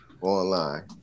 online